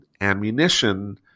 ammunition